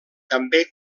també